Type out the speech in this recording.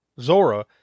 Zora